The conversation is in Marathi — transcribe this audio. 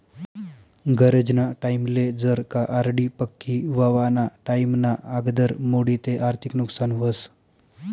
गरजना टाईमले जर का आर.डी पक्की व्हवाना टाईमना आगदर मोडी ते आर्थिक नुकसान व्हस